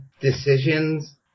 decisions